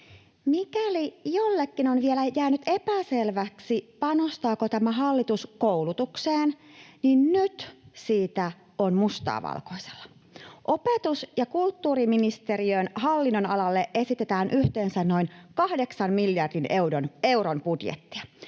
Mikäli jollekin on vielä jäänyt epäselväksi, panostaako tämä hallitus koulutukseen, niin nyt siitä on mustaa valkoisella. Opetus‑ ja kulttuuriministeriön hallinnonalalle esitetään yhteensä noin kahdeksan miljardin euron budjettia.